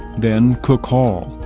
then cook hall,